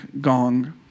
gong